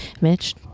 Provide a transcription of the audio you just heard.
Mitch